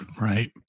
Right